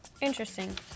Interesting